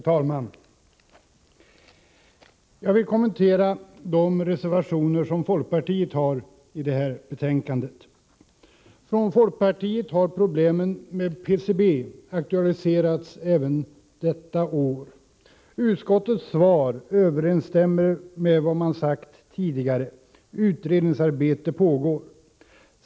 Fru talman! Jag vill kommentera de reservationer som folkpartiet har fogat till betänkandet. Folkpartiet har även i år aktualiserat problemen med PCB. Utskottets svar överensstämmer med vad man har sagt tidigare: Utredningsarbete pågår.